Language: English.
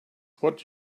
what